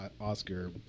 Oscar